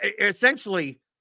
essentially